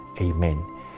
Amen